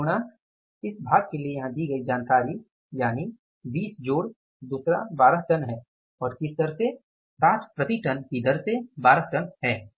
8 गुणा इस भाग के लिए यहां दी गई जानकारी यानि 20 जोड़ दूसरा 12 टन है और किस दर से 60 प्रति टन की दर से 12 टन है